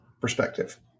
perspective